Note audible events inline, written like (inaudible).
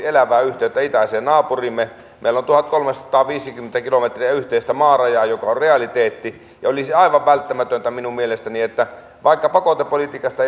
(unintelligible) elävää yhteyttä itäiseen naapuriimme meillä on tuhatkolmesataaviisikymmentä kilometriä yhteistä maarajaa mikä on realiteetti ja olisi aivan välttämätöntä minun mielestäni vaikka pakotepolitiikasta (unintelligible)